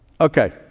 Okay